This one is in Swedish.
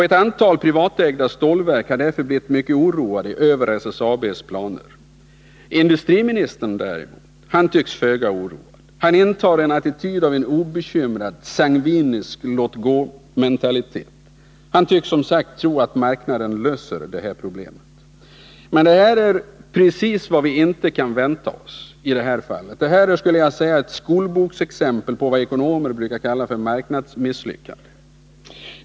Ett antal privatägda stålverk har därför blivit mycket oroade över SSAB:s planer. Industriministern tycks däremot föga oroad. Han intar en attityd av obekymrad, sangvinisk låt-gå-mentalitet. Han tycks som sagt tro att marknaden löser problemet. Men det är precis vad vi inte kan vänta oss i detta fall. Det här är ett skolboksexempel på vad ekonomer brukar kalla marknadsmisslyckande.